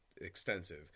extensive